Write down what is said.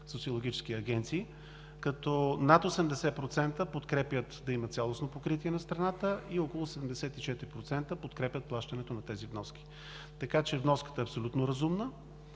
социологически агенции – над 80% подкрепят да има цялостно покритие на страната и около 84% подкрепят плащането на тези вноски. Вноската е абсолютно разумна,